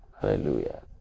Hallelujah